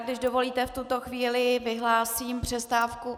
Když dovolíte v tuto chvíli vyhlásím přestávku.